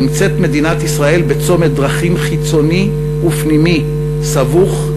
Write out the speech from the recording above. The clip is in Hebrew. נמצאת מדינת ישראל בצומת דרכים חיצוני ופנימי סבוך,